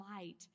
light